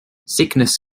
sickness